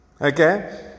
Okay